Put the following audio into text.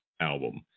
album